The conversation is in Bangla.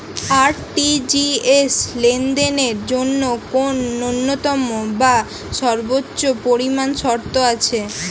আর.টি.জি.এস লেনদেনের জন্য কোন ন্যূনতম বা সর্বোচ্চ পরিমাণ শর্ত আছে?